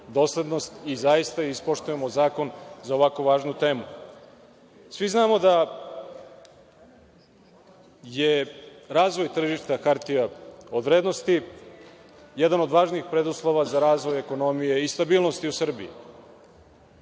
doslednost i zaista ispoštujemo zakon za ovako važnu temu. Svi znamo da je razvoj tržišta hartija od vrednosti jedan od važnih preduslova za razvoj ekonomije i stabilnosti u Srbiji.